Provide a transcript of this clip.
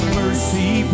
mercy